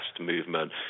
movement